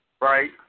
Right